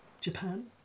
Japan